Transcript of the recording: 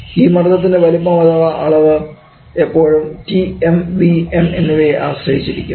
ഈ മർദ്ദത്തിൻറെ വലിപ്പം അഥവാ അളവ് എപ്പോഴും Tm Vm എന്നിവയെ ആശ്രയിച്ചിരിക്കും